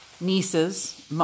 nieces